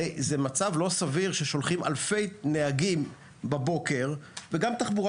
זה מצב לא סביר ששולחים אלפי נהגים בבוקר וגם תחבורה